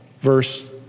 Verse